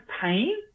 pain